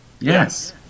Yes